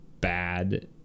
bad